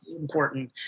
important